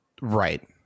right